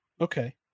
Okay